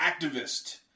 activist